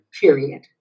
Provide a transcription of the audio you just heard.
Period